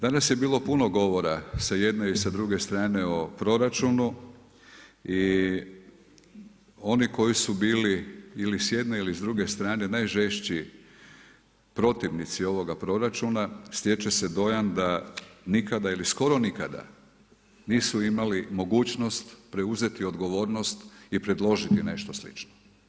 Danas je bilo puno govora sa jedne i sa druge strane o proračunu i oni koji su bili ili s jedne ili s druge strane najžešći protivnici ovoga proračuna stječe se dojam da nikada ili skoro nikada nisu imali mogućnost preuzeti odgovornost i predložiti nešto slično.